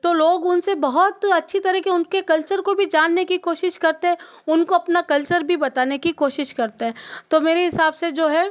तो लोग उनसे बहुत अच्छी तरह के उनके कलचर को भी जानने की कोशिश करते हैं उनको अपना कलचर भी बताने की कोशिश करते हैं तो मेरे हिसाब से जो है